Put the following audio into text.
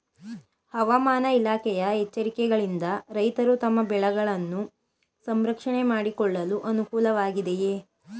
ಹವಾಮಾನ ಇಲಾಖೆಯ ಎಚ್ಚರಿಕೆಗಳಿಂದ ರೈತರು ತಮ್ಮ ಬೆಳೆಗಳನ್ನು ಸಂರಕ್ಷಣೆ ಮಾಡಿಕೊಳ್ಳಲು ಅನುಕೂಲ ವಾಗಿದೆಯೇ?